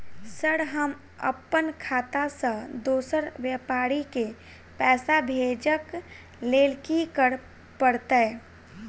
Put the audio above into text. Sir हम अप्पन खाता सऽ दोसर व्यापारी केँ पैसा भेजक लेल की करऽ पड़तै?